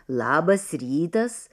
labas rytas